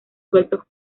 sueltos